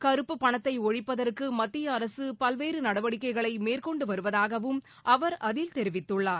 கருப்பு பணத்தை ஒழிப்பதற்கு மத்திய அரசு பல்வேறு நடவடிக்கைகளை மேற்கொண்டு வருவதாகவும் அவர் அதில் தெரிவித்துள்ளார்